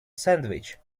sandwich